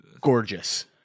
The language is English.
Gorgeous